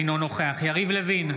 אינו נוכח יריב לוין,